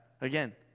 again